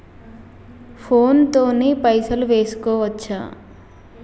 Phone తోని పైసలు వేసుకోవచ్చా?